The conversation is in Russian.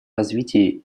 развитии